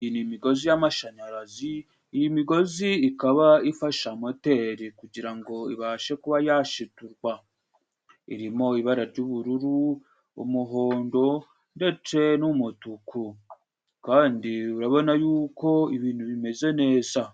Iyi n'Inama y'amashanyarazi, iyi migozi ikaba ifasha moteri kugira ngo ibashe kuba yashiturwa, irimo ibara ry'ubururu, umuhondo ndetse n'umutuku. Kandi urabona yuko ibintu bimeze neza.